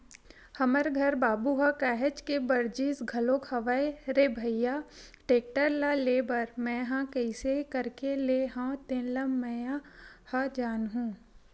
हमर घर बाबू ह काहेच के बरजिस घलोक हवय रे भइया टेक्टर ल लेय बर मैय ह कइसे करके लेय हव तेन ल मैय ह जानहूँ